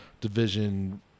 division